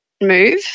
move